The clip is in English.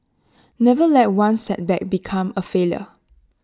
never let one setback become A failure